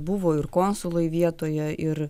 buvo ir konsulai vietoje ir